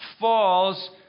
falls